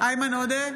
איימן עודה,